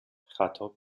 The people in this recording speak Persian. خطاب